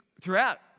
throughout